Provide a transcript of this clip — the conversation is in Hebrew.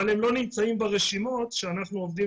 אבל הם לא נמצאים ברשימות שאנחנו עובדים